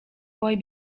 boy